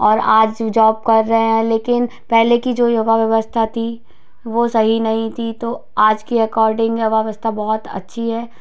और आज जॉब कर रहे हैं लेकिन पहले की जो योवा व्यवस्था थी वो सही नहीं थी तो आज के अकॉर्डिंग युवावस्था बहुत अच्छी है